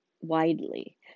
widely